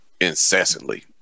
incessantly